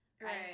right